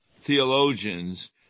theologians